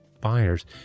buyers